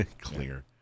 Clear